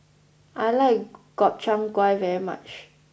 I like Gobchang gui very much